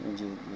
جی جی